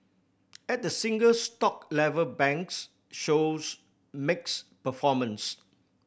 at the single stock level banks shows mixed performances